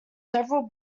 several